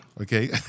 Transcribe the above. okay